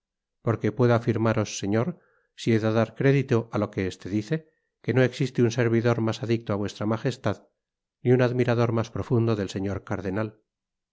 porque puedo afirmaros señor si he de dar crédito á lo que este dice que no existe un servidor mas adicto á v m ni un admirador mas profundo del señor cardenal